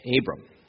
Abram